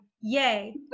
Yay